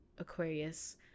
Aquarius